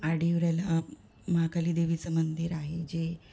आडिवऱ्याला महाकाली देवीचं मंदिर आहे जे